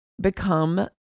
become